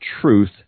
truth